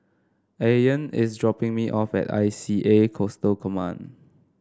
Ayaan is dropping me off at I C A Coastal Command